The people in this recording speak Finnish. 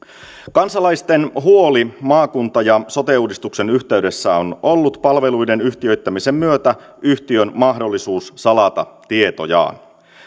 kansalaisten huolena maakunta ja sote uudistuksen yhteydessä on ollut palveluiden yhtiöittämisen myötä yhtiön mahdollisuus salata tietojaan